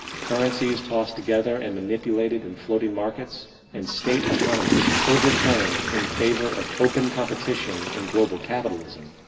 currencies tossed together and manipulated in floating markets and state economies overturned in favor of open competition in global capitalism,